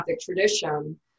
tradition